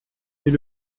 est